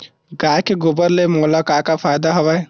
गाय के गोबर ले मोला का का फ़ायदा हवय?